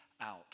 out